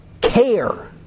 Care